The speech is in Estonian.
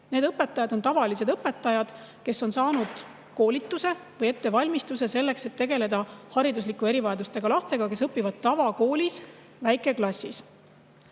Need õpetajad on tavalised õpetajad, kes on saanud koolituse või ettevalmistuse selleks, et tegeleda hariduslike erivajadustega lastega, kes õpivad tavakoolis väikeklassis.